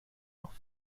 noch